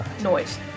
Noise